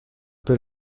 peu